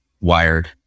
wired